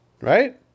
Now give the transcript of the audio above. Right